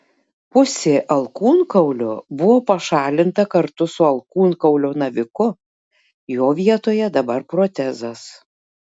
pusė alkūnkaulio buvo pašalinta kartu su alkūnkaulio naviku jo vietoje dabar protezas